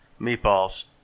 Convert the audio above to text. Meatballs